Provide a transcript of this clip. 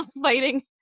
fighting